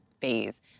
phase